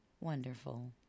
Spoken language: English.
wonderful